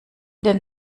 den